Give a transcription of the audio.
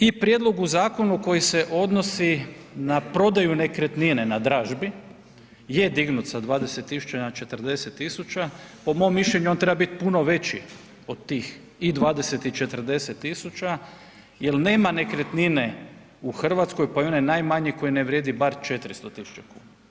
I prijedlogu u zakonu koji se odnosi na prodaju nekretnine na dražbi, je dignut sa 20 tisuća na 40 tisuća, po mom mišljenju on treba biti puno veći od tih i 20 i 40 tisuća jel nema nekretnine u Hrvatskoj pa i one najmanje koja ne vrijedi bar 400 tisuća kuna.